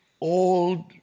old